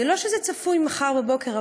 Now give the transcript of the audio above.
זה לא שזה צפוי מחר בבוקר,